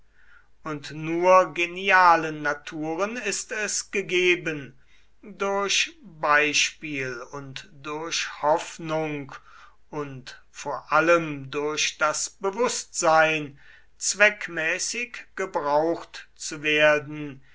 und nur genialen naturen ist es gegeben durch beispiel und durch hoffnung und vor allem durch das bewußtsein zweckmäßig gebraucht zu werden